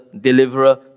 Deliverer